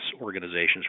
organizations